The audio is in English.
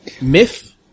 Myth